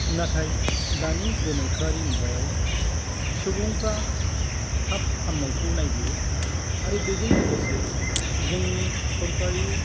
नाथाय दानि गोनोखोआरि मुगायाव सुबुंफ्रा थाब हामनायखौ नायगिरो आरो बेजों लोगोसे जोंनि सरखारि